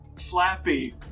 Flappy